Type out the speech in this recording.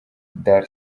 dar